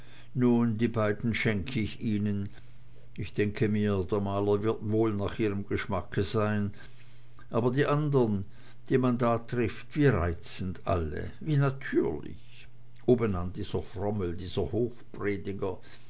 nun die beiden schenk ich ihnen ich denke mir der maler wird wohl nach ihrem geschmacke sein aber die andern die man da trifft wie reizend alle wie natürlich obenan dieser frommel dieser